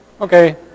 Okay